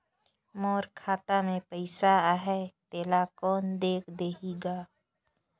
मोर खाता मे पइसा आहाय तेला कोन देख देही गा?